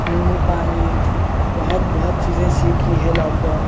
نیمبو پانی بہت بہت چیزیں سیکھی ہیں لاک ڈاؤن